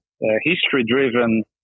history-driven